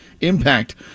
impact